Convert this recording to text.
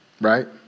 Right